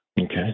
Okay